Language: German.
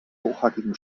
hochhackigen